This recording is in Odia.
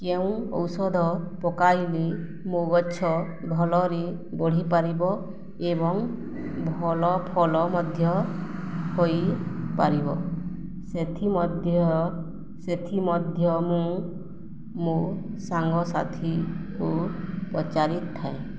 କେଉଁ ଔଷଧ ପକାଇଲେ ମୋ ଗଛ ଭଲରେ ବଢ଼ିପାରିବ ଏବଂ ଭଲ ଫଲ ମଧ୍ୟ ହୋଇପାରିବ ସେଥିମଧ୍ୟ ସେଥିମଧ୍ୟ ମୁଁ ମୋ ସାଙ୍ଗସାଥିକୁ ପଚାରିଥାଏ